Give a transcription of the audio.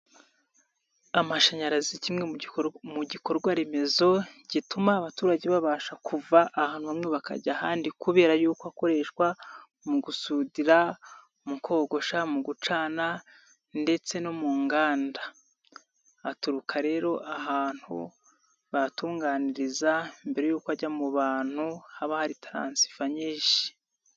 Amashanyarazi kimwe mu gikorwa remezo gituma abaturage babasha kuva ahantu hamwe bakajya ahandi kubera y'uko akoreshwa mu gusudira, mu kogosha, mu gucana ndetse no mu nganda, aturuka rero ahantu bayatunganiriza mbere y'uko ajya mu bantu haba hari taransifa nyinshi.